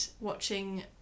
watching